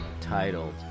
titled